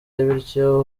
bityo